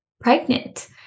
Pregnant